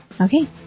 Okay